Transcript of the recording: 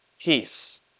peace